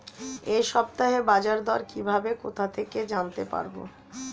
এই সপ্তাহের বাজারদর কিভাবে কোথা থেকে জানতে পারবো?